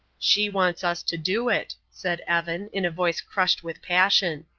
she wants us to do it, said evan, in a voice crushed with passion.